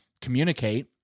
communicate